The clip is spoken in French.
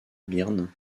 byrne